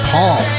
Paul